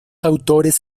autores